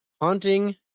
Haunting